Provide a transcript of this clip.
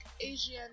Asian